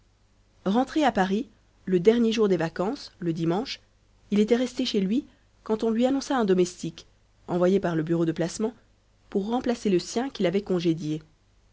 rentré à paris le dernier jour des vacances le dimanche il était resté chez lui quand on lui annonça un domestique envoyé par le bureau de placement pour remplacer le sien qu'il avait congédié